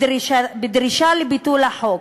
בדרישה לביטול החוק.